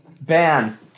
Ban